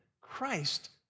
Christ